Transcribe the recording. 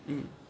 mm